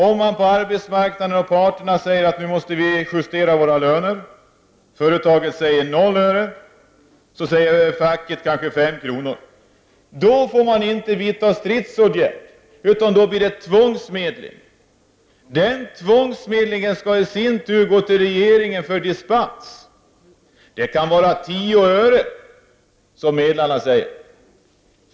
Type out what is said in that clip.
En part på arbetsmarknaden säger att nu måste vi justera våra löner. Företaget säger noll öre, och så säger facket kanske 5 kr. Då får man inte vidta stridsåtgärder, utan då blir det tvångsmedling. Den tvångsmedlingen skall i sin tur hänskjutas till regeringen för dispens. Det kan vara 10 öre som medlarna föreslår.